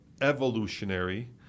evolutionary